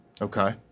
Okay